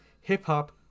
hip-hop